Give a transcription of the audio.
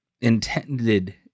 intended